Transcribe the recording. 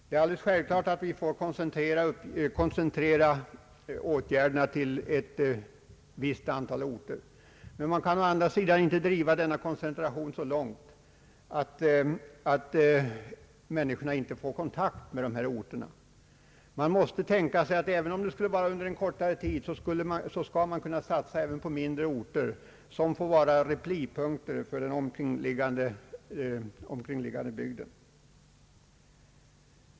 Det är alldeles självklart att vi får koncentrera åtgärderna till ett visst antal orter, men man kan å andra sidan inte driva koncentrationen så långt att människorna inte får kontakt med orterna. Man måste tänka sig — även om det bara gäller en kortare tid — att satsa på mindre orter som får bli replipunkter för den omkringliggande bygden.